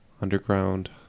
Underground